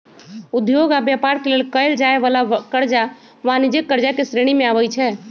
उद्योग आऽ व्यापार के लेल कएल जाय वला करजा वाणिज्यिक करजा के श्रेणी में आबइ छै